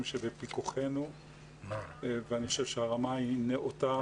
שבפיקוחנו ואני חושב שהרמה היא נאותה,